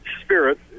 spirit